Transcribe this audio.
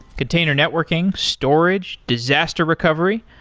container networking, storage, disaster recovery,